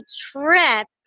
trip